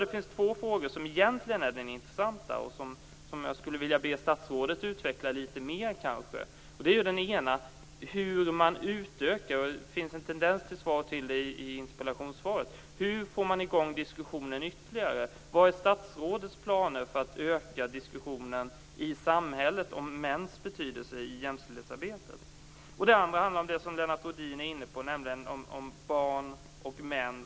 Det finns två frågor som är intressanta och som jag vill att statsrådet skall utveckla. Hur går det att få i gång diskussionen ytterligare? Det fanns en tendens till svar i interpellationssvaret. Vad är statsrådets planer för att öka diskussionen i samhället om mäns betydelse i jämställdhetsarbetet? Lennart Rohdin tog upp frågan om barn och män.